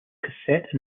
cassette